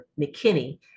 McKinney